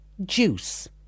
juice